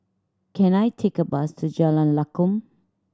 can I take a bus to Jalan Lakum